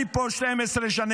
אני פה 12 שנים,